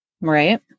Right